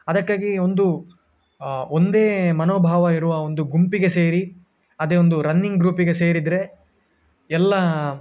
ಅದಕ್ಕಾಗಿ ಒಂದು ಒಂದೇ ಮನೋಭಾವ ಇರುವ ಒಂದು ಗುಂಪಿಗೆ ಸೇರಿ ಅದೇ ಒಂದು ರನ್ನಿಂಗ್ ಗ್ರೂಪಿಗೆ ಸೇರಿದರೆ ಎಲ್ಲ